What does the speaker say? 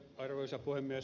arvoisa puhemies